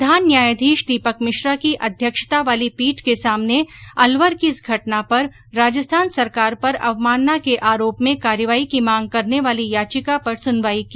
प्रधान न्यायाधीश दीपक मिश्रा की अध्यक्षता वाली पीठ के सामने अलवर की इस घटना पर राजस्थान सरकार पर अवमानना के आरोप में कार्रवाई की मांग करने वाली याचिका पर सुनवाई की